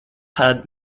had